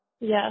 yes